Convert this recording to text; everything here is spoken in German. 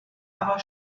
aber